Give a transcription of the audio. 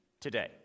today